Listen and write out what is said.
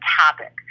topic